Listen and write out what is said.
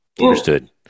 Understood